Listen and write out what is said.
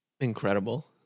Incredible